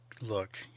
look